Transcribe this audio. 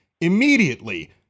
Immediately